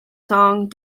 song